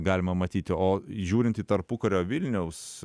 galima matyti o žiūrint į tarpukario vilniaus